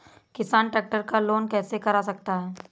किसान ट्रैक्टर का लोन कैसे करा सकता है?